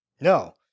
no